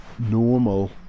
normal